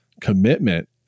commitment